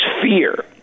fear